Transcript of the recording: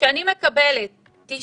92